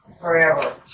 forever